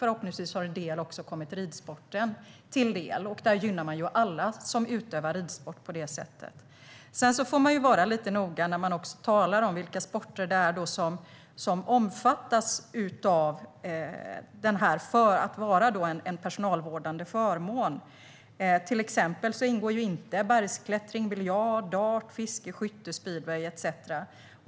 Förhoppningsvis har en del också kommit ridsporten till del. På det sättet gynnar man alla som utövar ridsport. Vi får vara lite noga när vi talar om vilka sporter som är en personalvårdande förmån. Till exempel ingår inte bergsklättring, biljard, dart, fiske, skytte, speedway etcetera.